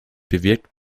bewirkt